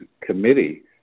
committee